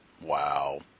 Wow